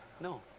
No